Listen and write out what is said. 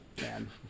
man